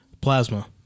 Plasma